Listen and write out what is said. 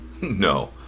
No